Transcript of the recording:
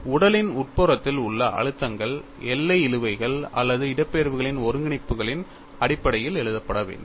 உடலின் உட்புறத்தில் உள்ள அழுத்தங்கள் எல்லை இழுவைகள் அல்லது இடப்பெயர்வுகளின் ஒருங்கிணைப்புகளின் அடிப்படையில் எழுதப்பட வேண்டும்